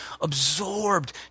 absorbed